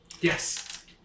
Yes